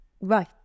Right